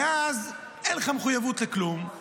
ואז אין לך מחויבות לכלום,